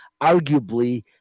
arguably –